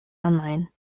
online